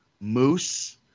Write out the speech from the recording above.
moose